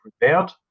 prepared